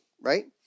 right